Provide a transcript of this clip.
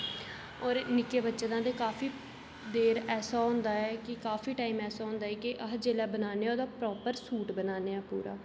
होर नि'क्के बच्चें दा ते काफी देर ऐसा होंदा ऐ कि काफी टैम ऐसा होंदा ऐ कि अस जेल्लै बनाने ओह्दा प्रॉपर सूट बनाने हा पूरा